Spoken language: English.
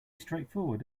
straightforward